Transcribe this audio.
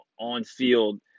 on-field